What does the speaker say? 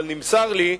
אבל נמסר לי,